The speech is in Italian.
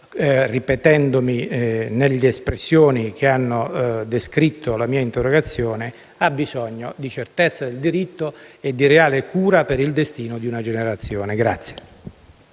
ripetendomi nelle espressioni che hanno descritto la mia interrogazione, ha bisogno di certezza del diritto e di reale cura per il destino di una generazione.